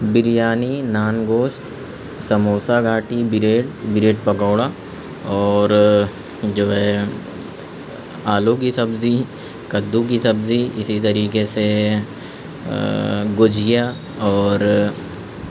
بریانی نان گوشت سموسا گاٹھی bread bread pakora اور جو ہے آلو کی سبزی کدو کی سبزی اسی طریقے سے گجھیا اور